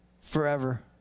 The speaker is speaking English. forever